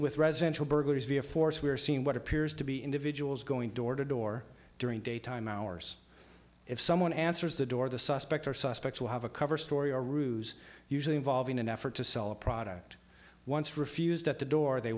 with residential burglaries via force we are seeing what appears to be individuals going door to door during daytime hours if someone answers the door the suspect or suspects will have a cover story a ruse usually involving an effort to sell a product once refused at the door they